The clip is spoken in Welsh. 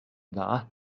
dda